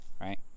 right